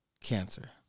cancer